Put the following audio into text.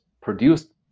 produced